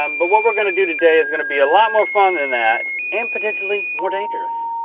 um but what we're gonna do today is gonna be a lot more fun than that, and potentially more dangerous.